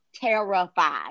terrified